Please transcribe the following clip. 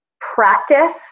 practice